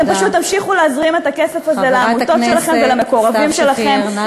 אתם פשוט תמשיכו להזרים את הכסף הזה לעמותות שלכם ולמקורבים שלכם.